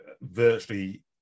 virtually